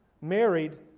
married